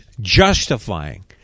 justifying